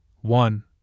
one